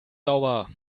sauber